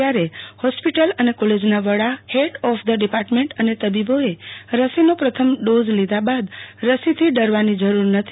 ત્યારે હોસ્પિટલ અને કોલેજના વડા હેડ ઓફ ધ ડિપાર્ટમેંટ અને તબીબોએ રસીનો પ્રથમ ડોઝ લીધા બાદ રસીથી ડરવાની જરૂર નથી